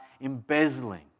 embezzling